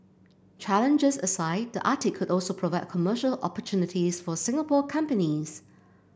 challenges aside the Arctic could also provide commercial opportunities for Singapore companies